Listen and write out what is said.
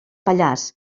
pallars